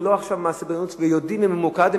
הוא ממוקד.